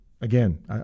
again